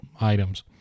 items